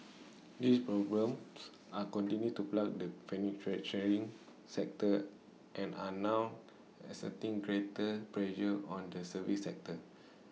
these problems are continued to plague the manufacturing sector and are now exerting greater pressure on the services sector